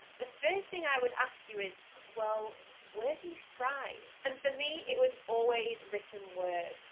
the first thing i would ask you is, well where do you thrive? and for me it was always written word.